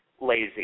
lazy